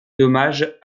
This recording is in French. dommages